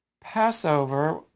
Passover